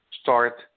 start